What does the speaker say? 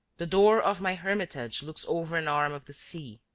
the door of my hermitage looks over an arm of the sea,